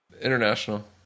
International